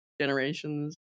generations